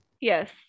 yes